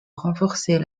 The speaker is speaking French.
renforcer